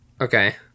Okay